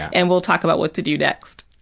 and we'll talk about what to do next.